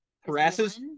harasses